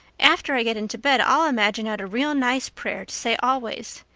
after i get into bed i'll imagine out a real nice prayer to say always.